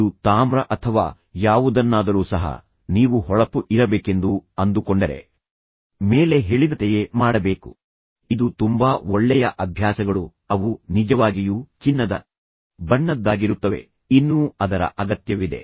ಇದು ತಾಮ್ರ ಅಥವಾ ನಿಮಗೆ ಬೇಕಾದ ಯಾವುದನ್ನಾದರೂ ಸಹ ನೀವು ಹೊಳಪು ಇರಬೇಕೆಂದು ಅಂದುಕೊಂಡರೆ ಮೇಲೆ ಹೇಳಿದಂತೆಯೇ ಮಾಡಬೇಕು ಇದು ತುಂಬಾ ಒಳ್ಳೆಯ ಅಭ್ಯಾಸಗಳು ಅವು ನಿಜವಾಗಿಯೂ ಚಿನ್ನದ ಬಣ್ಣದ್ದಾಗಿರುತ್ತವೆ ಅವು ನಿಜವಾಗಿಯೂ ವಜ್ರಗಳಂತೆಯೇ ಇರುತ್ತವೆ ಆದರೆ ಇನ್ನೂ ಅದರ ಅಗತ್ಯವಿದೆ